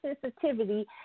sensitivity